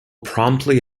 promptly